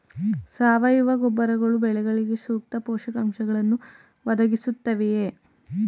ಸಾವಯವ ಗೊಬ್ಬರಗಳು ಬೆಳೆಗಳಿಗೆ ಸೂಕ್ತ ಪೋಷಕಾಂಶಗಳನ್ನು ಒದಗಿಸುತ್ತವೆಯೇ?